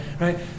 right